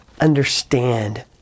understand